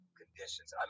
conditions